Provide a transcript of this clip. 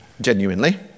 genuinely